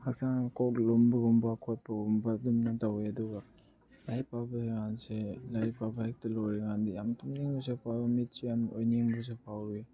ꯍꯛꯆꯥꯡ ꯀꯣꯛ ꯂꯨꯝꯕꯒꯨꯝꯕ ꯈꯣꯠꯄꯒꯨꯝꯕ ꯑꯗꯨꯝ ꯇꯧꯋꯦ ꯑꯗꯨꯒ ꯂꯥꯏꯔꯤꯛ ꯄꯥꯕ ꯂꯥꯏꯔꯤꯛ ꯄꯥꯕ ꯍꯦꯛꯇ ꯂꯣꯏꯔꯀꯥꯟꯗ ꯌꯥꯝ ꯌꯨꯝꯅꯤꯡꯕꯁꯨ ꯐꯥꯎꯏ ꯃꯤꯠꯁꯦ ꯌꯥꯝ ꯎꯏꯅꯤꯡꯕꯁꯨ ꯐꯥꯎꯏ